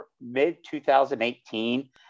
mid-2018